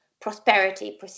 prosperity